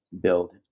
build